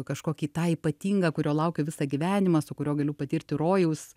kažkokį tą ypatingą kurio laukiau visą gyvenimą su kuriuo galiu patirti rojaus